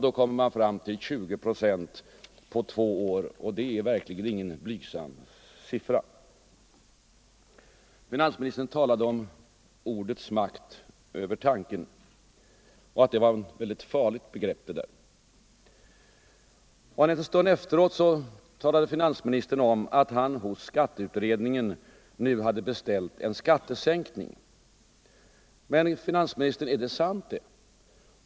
Då kommer man fram till 20 procent på två år, och det är verkligen ingen blygsam siffra. Finansministern talade om ordets makt över tanken och framhöll att det kan vara något ganska farligt. En stund efteråt säger finansministern att han hos skatteutredningen beställt en skattesänkning. Men, herr finansminister, är det sant?